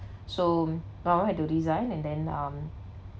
so now had to resign and then um